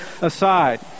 aside